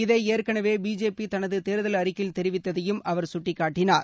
இதை ஏற்கனவே பிஜேபி தனது தேர்தல் அறிக்கையில் தெரிவித்ததையும் அவர் சுட்டிக்காட்டினார்